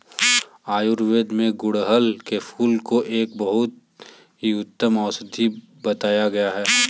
आयुर्वेद में गुड़हल के फूल को एक बहुत ही उत्तम औषधि बताया गया है